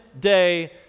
day